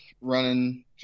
running